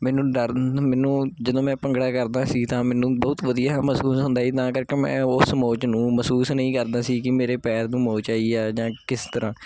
ਮੈਨੂੰ ਡਰ ਮੈਨੂੰ ਜਦੋਂ ਮੈਂ ਭੰਗੜਾ ਕਰਦਾ ਸੀ ਤਾਂ ਮੈਨੂੰ ਬਹੁਤ ਵਧੀਆ ਮਹਿਸੂਸ ਹੁੰਦਾ ਸੀ ਤਾਂ ਕਰਕੇ ਮੈਂ ਉਸ ਮੋਚ ਨੂੰ ਮਹਿਸੂਸ ਨਹੀਂ ਕਰਦਾ ਸੀ ਕਿ ਮੇਰੇ ਪੈਰ ਨੂੰ ਮੋਚ ਆਈ ਆ ਜਾਂ ਕਿਸ ਤਰ੍ਹਾਂ